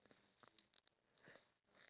ya me too